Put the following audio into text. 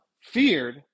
feared